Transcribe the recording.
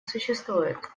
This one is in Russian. существует